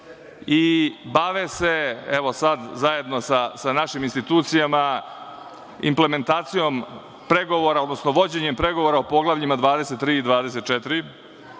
i bave se, evo sada zajedno sa našim institucijama implementacijom pregovora, odnosno vođenjem pregovora o poglavljima 23. i 24.